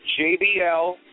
JBL